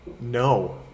No